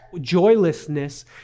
joylessness